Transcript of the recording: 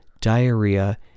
Diarrhea